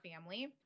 family